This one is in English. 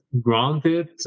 granted